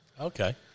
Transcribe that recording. Okay